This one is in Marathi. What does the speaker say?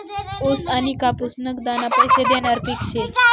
ऊस आनी कापूस नगदना पैसा देनारं पिक शे